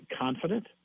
confident